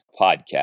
Podcast